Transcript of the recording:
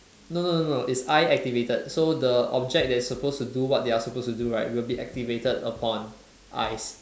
no no no no it's eye activated so the object that's suppose to do what their supposed to do right will be activated upon eyes